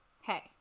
Hey